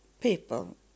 people